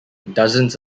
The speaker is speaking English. dozens